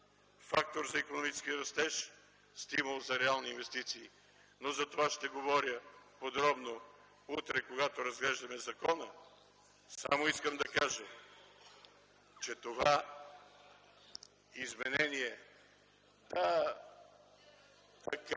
фактор за икономически растеж, стимул за реални инвестиции. Но затова ще говоря подробно утре, когато разглеждаме закона. Само искам да кажа, че това изменение...